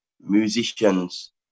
musicians